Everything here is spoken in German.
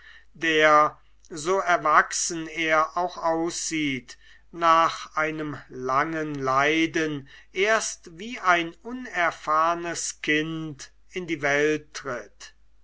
der so erwachsen er auch aussieht nach einem langen leiden erst wie ein unerfahrnes kind in die welt tritt